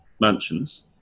mansions